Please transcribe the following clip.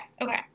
Okay